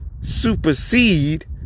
supersede